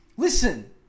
Listen